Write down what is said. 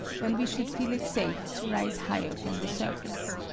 when we should feel it safe to rise higher from the surface.